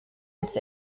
ins